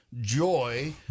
joy